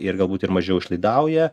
ir galbūt ir mažiau išlaidauja